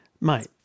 mate